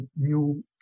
new